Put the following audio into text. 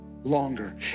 Longer